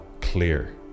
clear